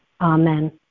Amen